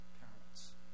parents